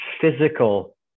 physical